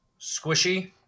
squishy